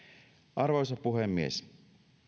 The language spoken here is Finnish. arvoisa puhemies